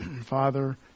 Father